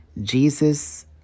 Jesus